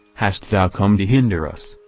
hast thou come to hinder us?